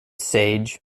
sage